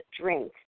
drink